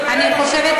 קודם כול,